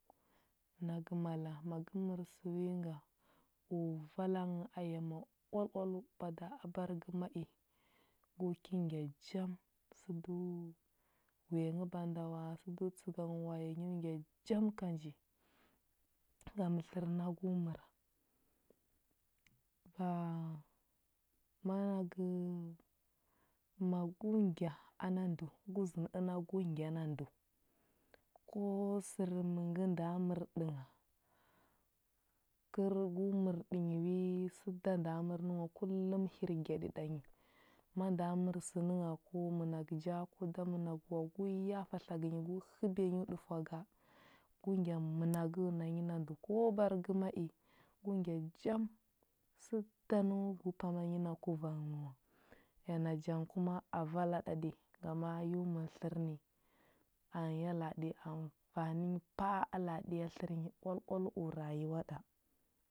Nagə mala ma gə mər sə nga, o vala nghə a yama oal oaləu. Bada abar gə ma i gu ki ngya jam, sədo wuya nghə banda wa, sədo tsəga nghə wa, nyo ngya jam ka nji, ngam tlər a gu məra. Ba ma gə ma gu ngya ana ndəu gu zənə əna gu ngya na ndəu. Ko sər mi gə nda mərɗə ngha, kər gu mərɗə nyi wi səda nda mər nənghə wa kullum hirgyaɗi ɗany. Ma nda mər sə nə ngha ko mənagə ja ko da mənagə wa gu yafa tlagə nyi gu həbiya nyi u ɗufwa ga, gu gya mənagəu na nyi na ndəu, ko bar gə ma i go ngya jam. Səda nu gu pama nyi a kuvang wa, ya naja ngə kuma a vala ɗaɗi, ngama yo mər ni. A ya la a ɗi amfani nyi pa a a la aɗi ya tlər nyi oal oal u rayuwa ɗa.